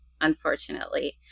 unfortunately